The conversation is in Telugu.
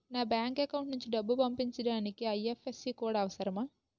నా బ్యాంక్ అకౌంట్ నుంచి డబ్బు పంపించడానికి ఐ.ఎఫ్.ఎస్.సి కోడ్ అవసరమా?